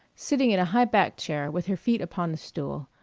sitting in a high-backed chair, with her feet upon a stool,